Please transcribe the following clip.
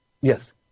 Yes